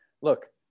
Look